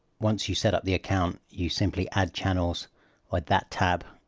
once you set up the account, you simply add channels with that tab,